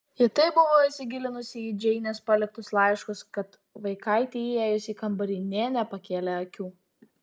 ji taip buvo įsigilinusi į džeinės paliktus laiškus kad vaikaitei įėjus į kambarį nė nepakėlė akių